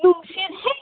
ꯅꯨꯡꯁꯤꯠ ꯍꯦꯛ